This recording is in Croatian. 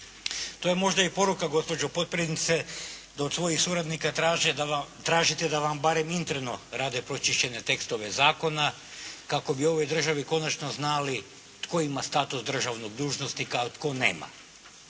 To je možda i poruka gospođo potpredsjednice da od svojih suradnika tražite da vam barem interno rade pročišćene tekstove zakona kako bi u ovoj državi konačno znali tko ima status državnog dužnosnika, a tko nema.